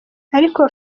ariko